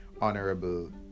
honorable